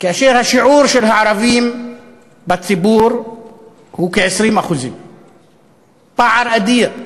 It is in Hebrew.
כאשר השיעור של הערבים בציבור הוא כ-20% פער אדיר,